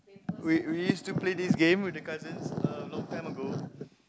we we used to play this game with the cousins uh long time ago